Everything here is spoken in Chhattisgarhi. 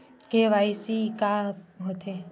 के.वाई.सी का होथे?